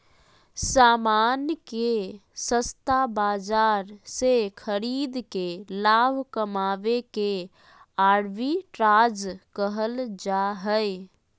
सामान के सस्ता बाजार से खरीद के लाभ कमावे के आर्बिट्राज कहल जा हय